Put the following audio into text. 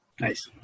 Nice